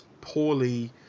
poorly